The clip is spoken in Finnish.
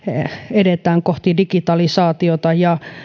edetään kohti digitalisaatiota ja